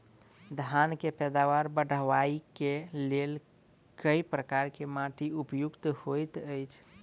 धान केँ पैदावार बढ़बई केँ लेल केँ प्रकार केँ माटि उपयुक्त होइत अछि?